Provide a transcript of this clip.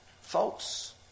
Folks